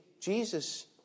Jesus